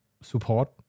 support